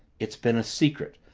it's been a secret.